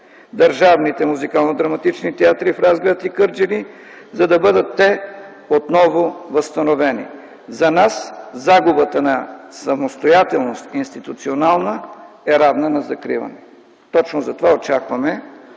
държавните музикално-драматични театри в Разград и Кърджали, за да бъдат те отново възстановени? За нас загубата на институционалната самостоятелност е равна на закриване. Точно затова очакваме